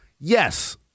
yes